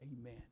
Amen